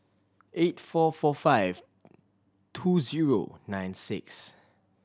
eight four four five two zero nine six